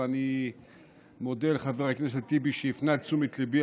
ואני מודה לחבר הכנסת טיבי על שהפנה את תשומת ליבי